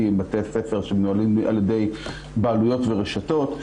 הם בתי ספר שמנוהלים על ידי בעלויות ורשתות.